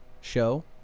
show